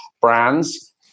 brands